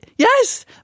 Yes